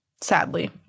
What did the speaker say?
sadly